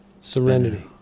serenity